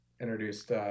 introduced